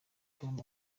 mugomba